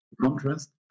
Contrast